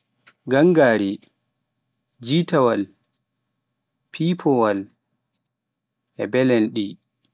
gangare, jitaawal, fifowaal, mbelndi